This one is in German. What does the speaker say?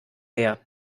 her